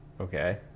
okay